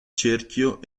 cerchio